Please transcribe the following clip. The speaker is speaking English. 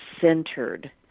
centered